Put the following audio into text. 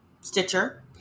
Stitcher